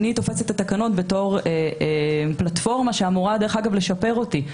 אני תופשת את התקנות בתור פלטפורמה שאמורה דרך אגב לשפר אותי.